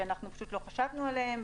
שלא חשבנו עליהן,